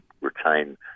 retain